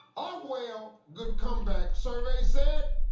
a whale! good comeback. survey said.